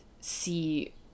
see